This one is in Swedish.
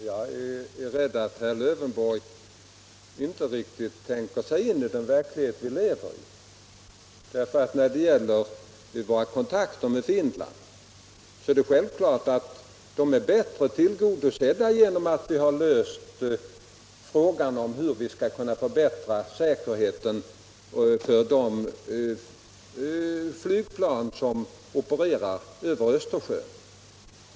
Herr talman! Jag är rädd att herr Lövenborg inte riktigt tänker sig in i den verklighet vi lever i. När det gäller våra kontakter med Finland är det självfallet att de är bättre tillgodosedda genom att vi har löst frågan hur vi skall kunna förbättra säkerheten för de flygplan som opererar över Östersjön.